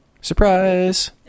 Surprise